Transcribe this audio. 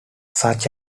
such